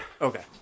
Okay